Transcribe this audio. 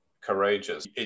courageous